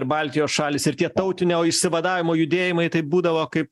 ir baltijos šalys ir tie tautinio išsivadavimo judėjimai tai būdavo kaip